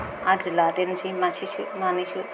आदि लादेरनोसै मासेसो मानैसो